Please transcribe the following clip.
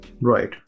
Right